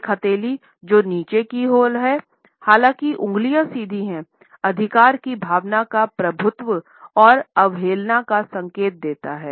एक हथेली जो नीचे की ओर है हालांकि उंगलियों सीधी है अधिकार की भावना का प्रभुत्व और अवहेलना का संकेत देता है